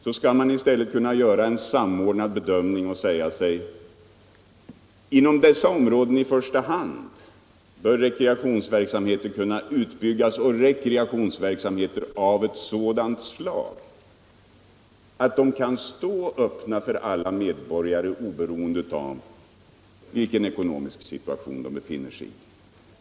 Nu skall man i stället göra en samordnad bedömning och säga att i första hand inom berörda områden bör rekreationsverksamheten kunna byggas ut på sådant sätt att möjligheterna till rekreation står öppna för alla medborgare, oberoende av vilken ekonomisk situation de befinner sig i.